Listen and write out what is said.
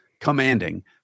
commanding